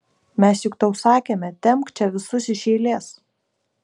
mes juk tau sakėme tempk čia visus iš eilės